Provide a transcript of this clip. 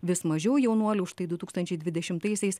vis mažiau jaunuolių už tai du tūkstančiai dvidešimtaisiais